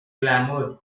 clamored